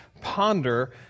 ponder